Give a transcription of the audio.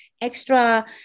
extra